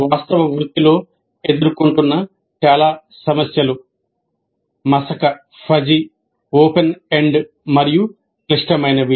వాస్తవ వృత్తిలో ఎదుర్కొంటున్న చాలా సమస్యలు మసక ఓపెన్ ఎండ్ మరియు క్లిష్టమైనవి